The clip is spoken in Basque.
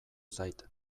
zait